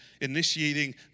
initiating